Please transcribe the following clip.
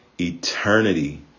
eternity